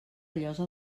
llosa